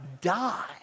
Die